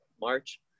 March